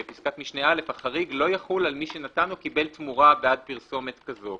בפסקת משנה (א) לא יחול על מי שנתן או קיבל תמורה בעד פרסומת כזו,